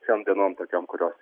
šiom dienom tokiom kurios